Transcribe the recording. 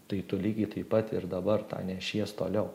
tai tu lygiai taip pat ir dabar tą nešies toliau